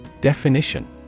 Definition